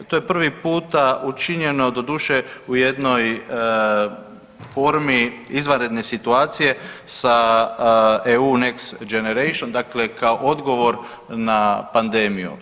To je prvi puta učinjeno doduše u jednoj formi izvanredne situacije sa EU Next Generation, dakle kao odgovor na pandemije.